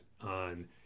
on